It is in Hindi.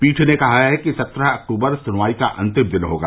पीठ ने कहा है कि सत्रह अक्टूबर सुनवाई का अंतिम दिन होगा